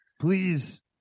Please